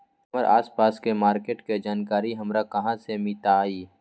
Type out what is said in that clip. हमर आसपास के मार्किट के जानकारी हमरा कहाँ से मिताई?